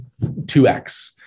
2x